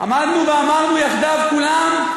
עמדנו ואמרנו יחדיו כולם: